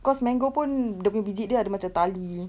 cause mango pun dia punya biji dia ada macam tali